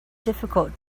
difficult